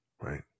right